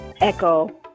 Echo